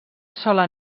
sola